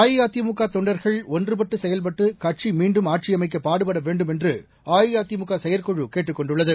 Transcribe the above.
அஇஅதிமுக தொண்டா்கள் ஒன்றுபட்டு செயல்பட்டு கட்சி மீண்டும் வேண்டுமென்று அஇஅதிமுக செயற்குழு கேட்டுக் கொண்டுள்ளது